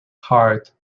heart